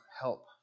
help